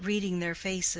but reading their faces,